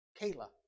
Kayla